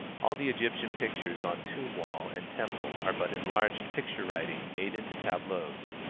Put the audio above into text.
all the egyptian pictures on tomb-wall and temple are but enlarged picture-writing made into tableaus.